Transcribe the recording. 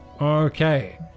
Okay